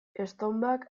estonbak